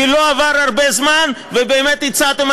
כי לא עבר הרבה זמן ובאמת הצעתם,